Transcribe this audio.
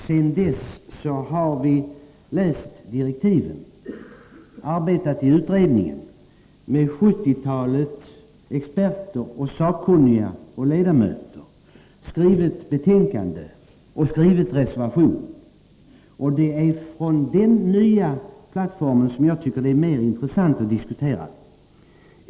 Sedan dess har vi läst direktiven, arbetat i utredningen med sjuttiotalet experter, sakkunniga och ledamöter, skrivit betänkanden och reservationer. Det är från denna nya plattform som jag anser att det är mer intressant att diskutera.